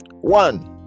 one